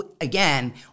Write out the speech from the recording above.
again